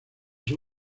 sus